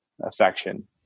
affection